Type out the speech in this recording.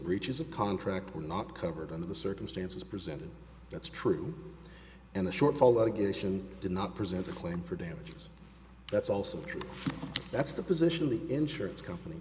breaches of contract were not covered under the circumstances presented that's true and the shortfall allegation did not present a claim for damages that's also true that's the position of the insurance company